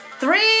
Three